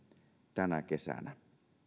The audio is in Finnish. tänä kesänä